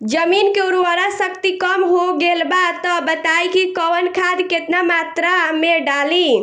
जमीन के उर्वारा शक्ति कम हो गेल बा तऽ बताईं कि कवन खाद केतना मत्रा में डालि?